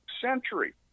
century